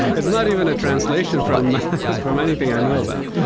it's not even a translation from from anything i know about.